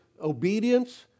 obedience